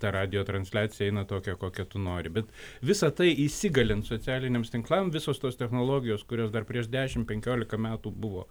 ta radijo transliacija eina tokia kokia tu nori bet visa tai įsigalint socialiniams tinklam visos tos technologijos kurios dar prieš dešimt penkiolika metų buvo